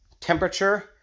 temperature